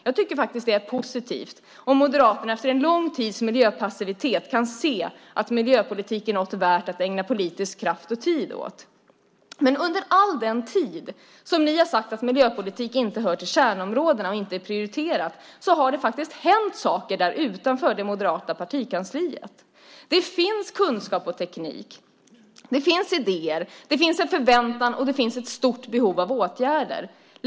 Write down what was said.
Jag tycker faktiskt att det är positivt om Moderaterna efter en lång tids miljöpassivitet kan se att miljöpolitik är någonting som det är värt att ägna politisk kraft och tid åt. Men under all den tid som ni har sagt att miljöpolitik inte hör till kärnområdena och inte är prioriterad så har det faktiskt hänt saker där utanför det moderata partikansliet. Det finns kunskap och teknik, det finns idéer, det finns en förväntan och det finns ett stort behov av åtgärder.